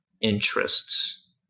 interests